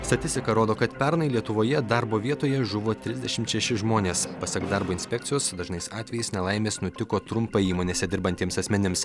statistika rodo kad pernai lietuvoje darbo vietoje žuvo trisdešimt šeši žmonės pasak darbo inspekcijos dažnais atvejais nelaimės nutiko trumpai įmonėse dirbantiems asmenims